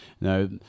no